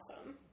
awesome